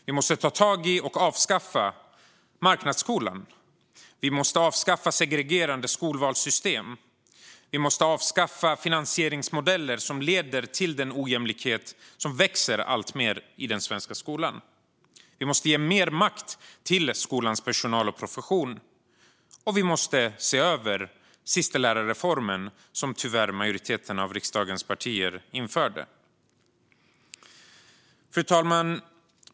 Vi måste ta tag i och avskaffa marknadsskolan. Vi måste avskaffa segregerande skolvalssystem. Vi måste avskaffa finansieringsmodeller som leder till den ojämlikhet som växer alltmer i den svenska skolan. Vi måste ge mer makt till skolans personal och profession, och vi måste se över den sistelärarreform som majoriteten av riksdagens partier tyvärr införde. Fru talman!